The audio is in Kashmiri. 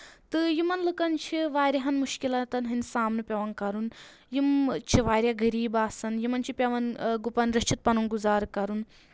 تہٕ یِمن لُکَن چھِ واریاہَن مُشکِلاتَن ہٕنٛدۍ سامنہٕ پؠوان کَرُن یِم چھِ واریاہ غریٖب آسان یِمن چھِ پؠوان گُپن رٔچھِتھ پَنُن گُزارٕ کَرُن